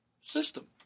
system